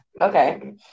Okay